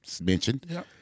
mentioned